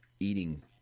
eating